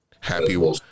Happy